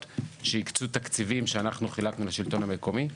שהקצו תקציבים שחילקנו לשלטון המקומי.